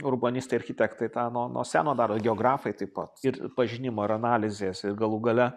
urbanistai architektai tą nuo nuo seno daro geografai taip pat ir pažinimo ir analizės ir galų gale